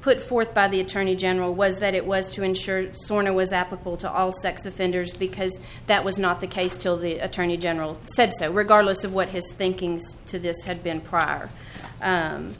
put forth by the attorney general was that it was to ensure it was applicable to all sex offenders because that was not the case still the attorney general said so regardless of what his thinking to this had been prior